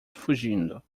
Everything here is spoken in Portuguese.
fugindo